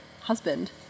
husband